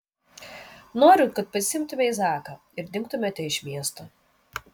noriu kad pasiimtumei zaką ir dingtumėte iš miesto